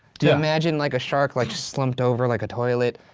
do you imagine like a shark like slumped over like a toilet,